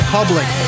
Public